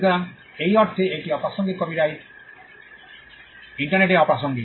সুতরাং সেই অর্থে এটি অপ্রাসঙ্গিক কপিরাইটটি ইন্টারনেটে অপ্রাসঙ্গিক